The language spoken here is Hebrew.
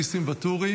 חבר הכנסת ניסים ואטורי,